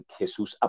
Jesús